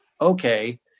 okay